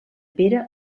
pere